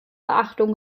beachtung